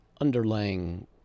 underlying